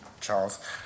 Charles